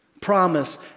Promise